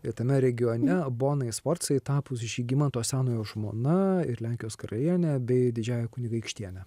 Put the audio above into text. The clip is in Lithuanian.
ir tame regione bonai sforcai tapus žygimanto senojo žmona ir lenkijos karaliene bei didžiąja kunigaikštiene